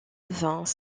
vingts